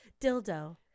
Dildo